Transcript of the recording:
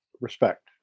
respect